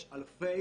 יש אלפי